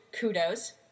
kudos